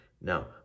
now